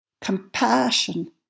compassion